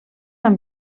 amb